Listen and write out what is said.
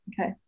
okay